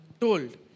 told